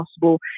possible